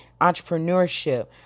entrepreneurship